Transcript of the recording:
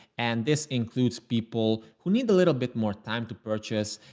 and this includes people who need a little bit more time to purchase,